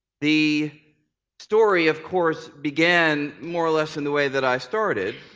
the story, of course, began more or less in the way that i started.